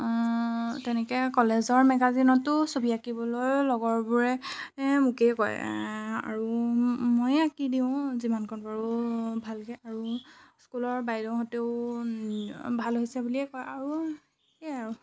তেনেকৈ কলেজৰ মেগাজিনতো ছবি আঁকিবলৈ লগৰবোৰে মোকেই কয় আৰু মইয়ে আঁকি দিওঁ যিমান কণ পাৰো ভালকৈ আৰু স্কুলৰ বাইদেউহঁতেও ভাল হৈছে বুলিয়ে কয় আৰু এয়াই আৰু